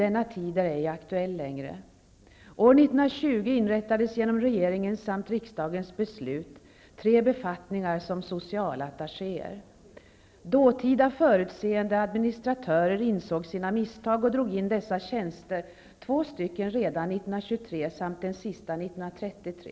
Denna tid är ej aktuell längre. Dåtida förutseende administratörer insåg sina misstag och drog in dessa tjänster -- två stycken redan år 1923 och den sista 1933.